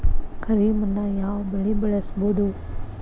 ಕರಿ ಮಣ್ಣಾಗ್ ಯಾವ್ ಬೆಳಿ ಬೆಳ್ಸಬೋದು?